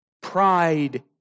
pride